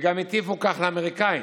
וגם הטיפו כך לאמריקנים,